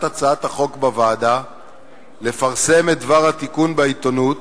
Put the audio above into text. הצעת החוק בוועדה לפרסם את דבר התיקון בעיתונות